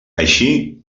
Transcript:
així